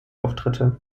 auftritte